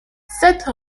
cette